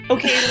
Okay